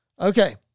Okay